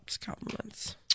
compliments